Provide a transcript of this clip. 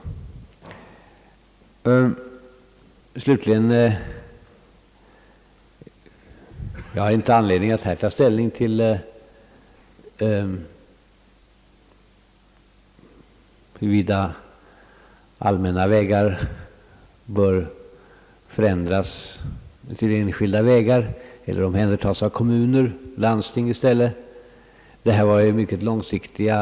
Jag har slutligen inte anledning att nu ta ställning till huruvida allmänna vägar bör omvandlas till enskilda vägar eller i stället bör omhändertas av primärkommuner och landsting.